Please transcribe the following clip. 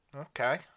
Okay